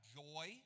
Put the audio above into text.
joy